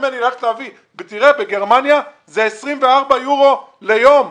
בגרמניה זה 24 יורו ליום.